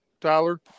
tyler